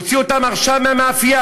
הוא הוציא אותם עכשיו מהמאפייה,